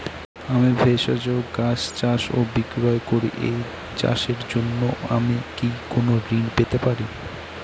আমি ভেষজ গাছ চাষ ও বিক্রয় করি এই চাষের জন্য আমি কি কোন ঋণ পেতে পারি?